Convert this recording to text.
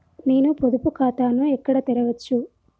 నేను పొదుపు ఖాతాను ఎక్కడ తెరవచ్చు?